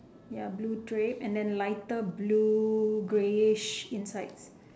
ya blue drape and then lighter blue greyish insides